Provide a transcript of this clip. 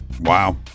Wow